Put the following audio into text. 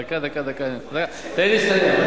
דקה, דקה, תן לי לסיים,